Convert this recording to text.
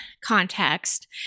context